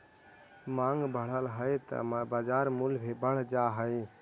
माँग बढ़ऽ हइ त बाजार मूल्य भी बढ़ जा हइ